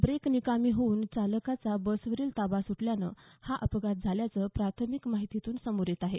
break निकामी होऊन चालकाचा बसवरील ताबा सुटल्यानं हा अपघात झाल्याचं प्राथमिक माहितीतून समोर येत आहे